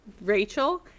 Rachel